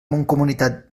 mancomunitat